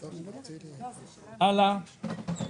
הלאה.